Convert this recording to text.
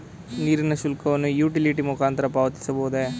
ನೀರಿನ ಶುಲ್ಕವನ್ನು ಯುಟಿಲಿಟಿ ಮುಖಾಂತರ ಪಾವತಿಸಬಹುದೇ?